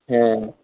ᱦᱮᱸ